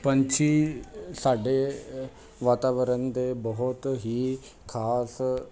ਪੰਛੀ ਸਾਡੇ ਵਾਤਾਵਰਨ ਦੇ ਬਹੁਤ ਹੀ ਖਾਸ